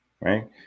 Right